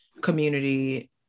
community